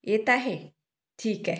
येत आहे ठीक आहे